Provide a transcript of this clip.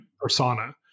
persona